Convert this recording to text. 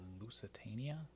Lusitania